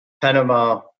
Panama